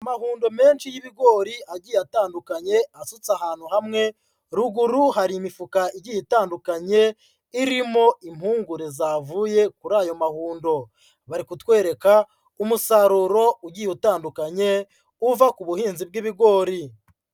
Amahundo menshi y'ibigori agiye atandukanye asutse ahantu hamwe, ruguru hari imifuka igiye itandukanye irimo impungure zavuye kuri ayo mahundo, bari kutwereka umusaruro ugiye utandukanye uva ku buhinzi bw'ibigori.